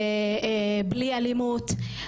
בלי אלימות,